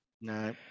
No